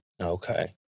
Okay